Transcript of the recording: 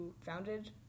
founded